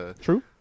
True